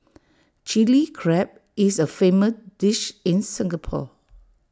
Chilli Crab is A famous dish in Singapore